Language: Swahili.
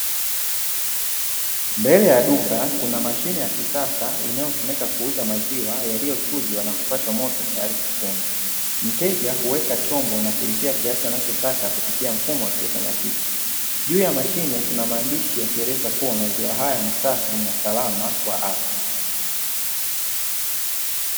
Mbele ya duka kuna mashine ya kisasa inayotumika kuuza maziwa yaliyochujwa na kupashwa moto tayari kwa kunywa. Mteja huweka chombo na kulipia kiasi anachotaka kupitia mfumo wa kiautomatiki, juu ya mashine kuna maandishi yanayoeleza kuwa maziwa haya ni safi na salama kwa afya.